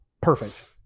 perfect